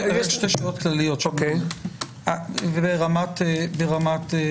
שתי שאלות כלליות ברמת החוק.